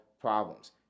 problems